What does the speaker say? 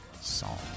song